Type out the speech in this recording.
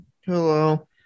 Hello